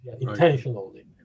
intentionally